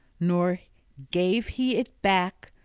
nor gave he it back,